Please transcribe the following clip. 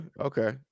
okay